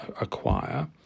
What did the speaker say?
acquire